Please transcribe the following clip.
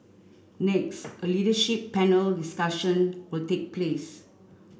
next a leadership panel discussion will take place